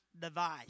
device